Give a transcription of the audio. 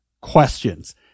questions